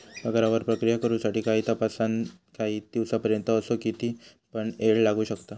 पगारावर प्रक्रिया करु साठी काही तासांपासानकाही दिसांपर्यंत असो किती पण येळ लागू शकता